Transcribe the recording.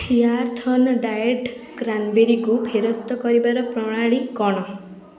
ଆର୍ଥ୍ଅନ୍ dried କ୍ରାନ୍ବେରୀକୁ ଫେରସ୍ତ କରିବାର ପ୍ରଣାଳୀ କ'ଣ